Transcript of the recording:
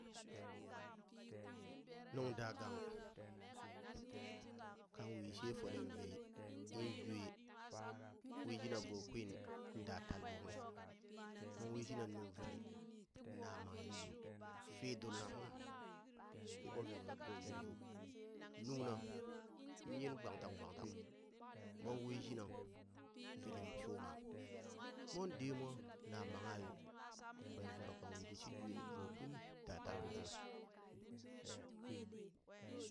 Nung da gang, kan wishe folem vili in jwe, wishina vo kwin da talɓo kung, mo wi shina nuŋ vili na manghe lul yo fii dulna uŋ yi ɓod vekvek gom vukvuk, uŋna yiin gbaŋtaŋ gbaŋtaŋ mon wi shina vilim shuma mon demua na mangha yo, kwen vor kan wili shi jwe vo kwini da tal bo uŋ.